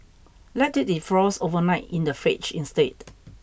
let it defrost overnight in the fridge instead